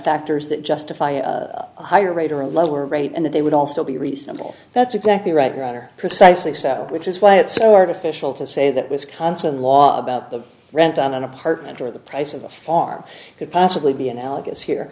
factors that justify a higher rate or a lower rate and that they would all still be reasonable that's exactly right your honor precisely so which is why it's so artificial to say that wisconsin law about the rent on an apartment or the price of a farm could possibly be analogous here